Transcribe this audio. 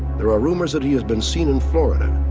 there are rumors that he has been seen in florida.